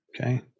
okay